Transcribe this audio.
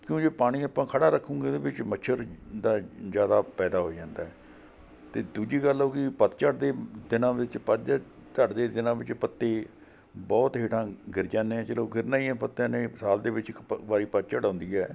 ਕਿਉਂ ਜੇ ਪਾਣੀ ਆਪਾਂ ਖੜ੍ਹਾ ਰੱਖਾਂਗੇ ਉਹਦੇ ਵਿੱਚ ਮੱਛਰ ਦਾ ਜ਼ਿਆਦਾ ਪੈਦਾ ਹੋ ਜਾਂਦਾ ਅਤੇ ਦੂਜੀ ਗੱਲ ਹੋ ਗਈ ਪੱਤਝੜ ਦੇ ਦਿਨਾਂ ਵਿੱਚ ਪੱਤਝੜ ਦੇ ਦਿਨਾਂ ਵਿੱਚ ਪੱਤੇ ਬਹੁਤ ਹੇਠਾਂ ਗਿਰ ਜਾਂਦੇ ਆ ਚਲੋ ਗਿਰਨਾ ਹੀ ਹੈ ਪੱਤਿਆਂ ਨੇ ਸਾਲ ਦੇ ਵਿੱਚ ਇੱਕ ਪ ਵਾਰੀ ਪੱਤਝੜ ਆਉਂਦੀ ਹੈ